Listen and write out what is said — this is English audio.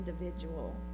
individual